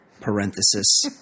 parenthesis